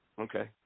Okay